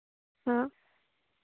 हाँ